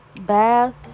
Bath